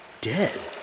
Dead